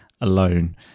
alone